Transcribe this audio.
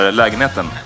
lägenheten